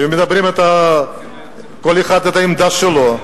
היו מדברים, כל אחד אומר את העמדה שלו.